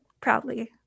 proudly